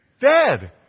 dead